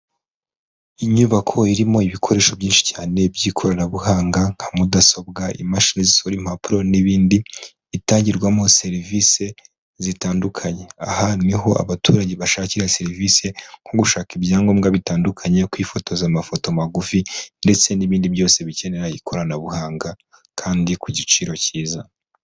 Inyubako irimo ibikoresho byinshi cyane by'ikoranabuhanga nka mudasobwa, imashini zisohora impapuro n'ibindi, itangirwamo serivise zitandukanye. Aha ni ho abaturage bashakira serivise nko gushaka ibyangombwa bitandukanye, kwifotoza amafoto magufi ndetse n'ibindi byose bikenera ikoranabuhanga kandi ku giciro cyiza.